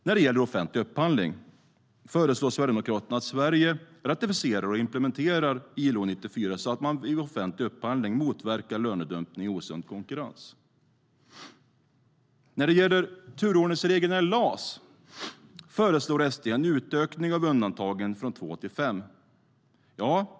När det gäller offentlig upphandling föreslår Sverigedemokraterna att Sverige ratificerar och implementerar ILO 94 så att man vid offentlig upphandling motverkar lönedumpning och osund konkurrens. När det gäller turordningsreglerna i LAS föreslår Sverigedemokraterna en utökning av undantagen från två till fem personer.